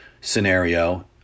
scenario